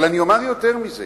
אבל אני אומר יותר מזה,